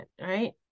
right